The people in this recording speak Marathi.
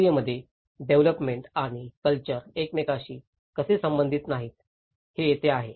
प्रक्रियेमध्ये डेव्हलोपमेंट आणि कल्चर एकमेकांशी कशी संबंधित नाहीत हे येथे आहे